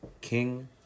King